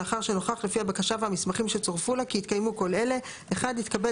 לאחר שנוכח לפי הבקשה והמסמכים שצורפו לה כי התקיימו כל אלה: (1) התקבל